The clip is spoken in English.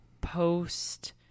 post